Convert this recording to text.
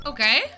Okay